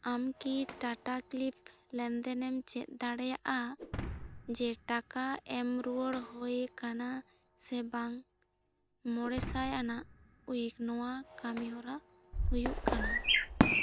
ᱟᱢ ᱠᱤ ᱴᱟᱴᱟᱠᱞᱤᱯ ᱞᱮᱱᱫᱮᱱᱮᱢ ᱪᱮᱫ ᱫᱟᱲᱮᱭᱟᱜᱼᱟ ᱡᱮ ᱴᱟᱠᱟ ᱮᱢ ᱨᱩᱭᱟᱹᱲ ᱦᱳᱭ ᱟᱠᱟᱱᱟ ᱥᱮ ᱵᱟᱝ ᱢᱚᱬᱮ ᱥᱟᱭ ᱟᱱᱟᱜ ᱩᱭᱤᱠ ᱱᱚᱶᱟ ᱠᱟᱹᱢᱤᱦᱚᱨᱟ ᱦᱩᱭᱩᱜ ᱠᱟᱱᱟ